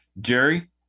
Jerry